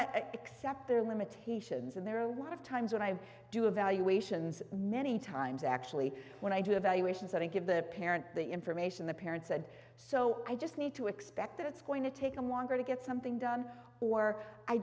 to accept their limitations and there are a lot of times when i do evaluations many times actually when i do evaluations i give the parent the information the parent said so i just need to expect that it's going to take them longer to get something done or i